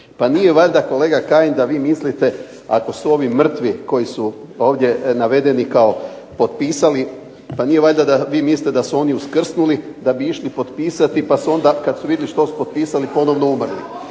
Pa nije valjda kolega Kajin da vi mislite ako su ovi mrtvi koji su ovdje navedeni kao potpisali, pa nije valjda da vi mislite da su oni uskrsnuli da bi išli potpisati, pa su onda kad su vidjeli što su potpisali ponovno umrli.